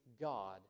God